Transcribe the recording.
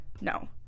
No